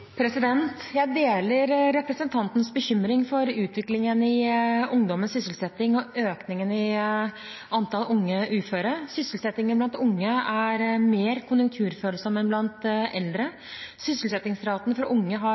Jeg deler representantens bekymring for utviklingen i ungdommens sysselsetting og økningen i antall unge uføre. Sysselsettingen blant unge er mer konjunkturfølsom enn blant eldre. Sysselsettingsraten for unge har